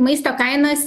maisto kainos